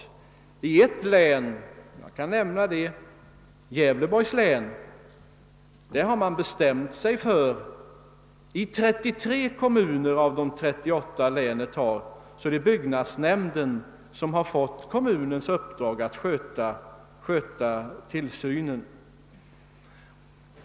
Som exempel kan jag nämna att i Gävleborgs län har 33 av länets 38 kommuner gett byggnadsnämnden i uppdrag att sköta tillsynen.